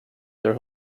their